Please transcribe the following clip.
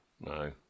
No